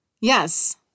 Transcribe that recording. Yes